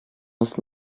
musst